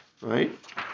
right